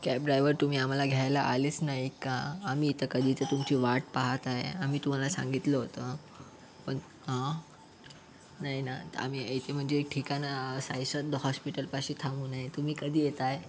cab driver तुम्ही आम्हाला घ्यायलाच आलेच नाही का आम्ही इथे कधीच तुमची वाट पाहात आहे आम्ही तुम्हाला सांगितलं होतं पण आं नाही ना आम्ही इथे म्हणजे एक ठिकाण साईश्रद्धा हॉस्पिटलपाशी थांबून आहेत तुम्ही कधी येत आहे